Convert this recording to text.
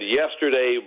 yesterday